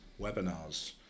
webinars